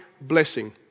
blessing